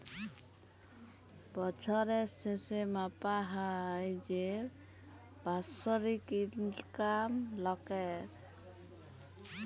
বছরের শেসে মাপা হ্যয় যে বাৎসরিক ইলকাম লকের